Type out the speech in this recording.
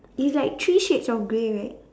it's like three shades of grey right